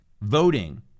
voting